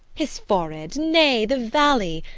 his forehead nay, the valley,